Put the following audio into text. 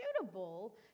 suitable